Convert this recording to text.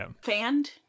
fanned